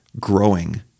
growing